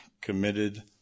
committed